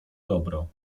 dobro